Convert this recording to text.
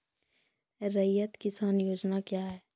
रैयत किसान योजना क्या हैं?